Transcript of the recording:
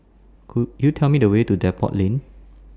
Could YOU Tell Me The Way to Depot Lane